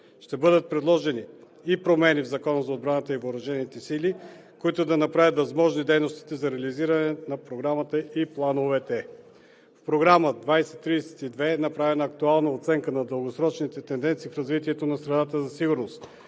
Ще бъдат предложени промени и в Закона за отбраната и въоръжените сили, които да направят възможни дейностите за реализиране на Програмата и плановете. В Програма 2032 е направена актуална оценка на дългосрочните тенденции в развитието на средата на сигурност,